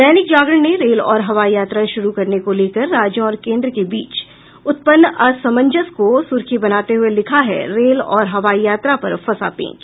दैनिक जागरण ने रेल और हवाई यात्रा शुरू करने को लेकर राज्य और केंद के बीच उत्पन्न असमंजस को सुर्खी बनाते हुये लिखा है रेल और हवाई यात्रा पर फंसा पेंच